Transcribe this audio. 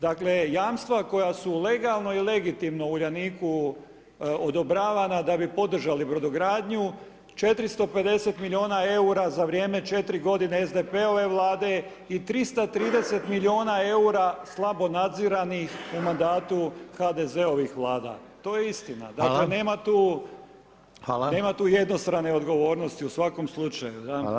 Dakle, jamstva koja su legalno i legitimno Uljaniku odobravana da bi podržali Brodogradnju, 450 milijuna EUR-a za vrijeme 4 godine SDP-ove Vlade i 330 milijuna EUR-a slabo nadziranih u mandatu HDZ-ovih Vlada, to je istina [[Upadica: Hvala]] Dakle, nema tu [[Upadica: Hvala]] nema tu jednostrane odgovornosti u svakom slučaju.